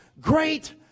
great